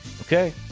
Okay